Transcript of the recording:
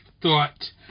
thought